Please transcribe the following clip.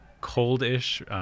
coldish